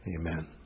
Amen